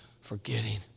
forgetting